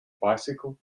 bicycle